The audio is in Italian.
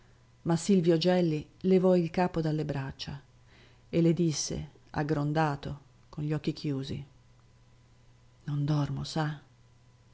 ma silvio gelli levò il capo dalle braccia e le disse aggrondato con gli occhi chiusi non dormo sa